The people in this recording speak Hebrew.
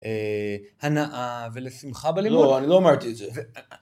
הנאה ולשמחה בלימוד, לא אני לא אמרתי את זה.